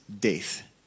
death